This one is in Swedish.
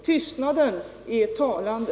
Tystnaden är talande.